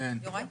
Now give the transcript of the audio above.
בבקשה.